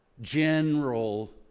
general